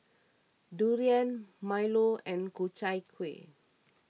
Durian Milo and Ku Chai Kueh